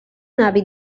hàbit